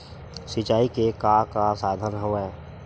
सिंचाई के का का साधन हवय?